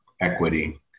equity